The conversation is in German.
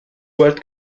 world